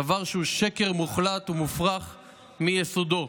דבר שהוא שקר מוחלט ומופרך מיסודו.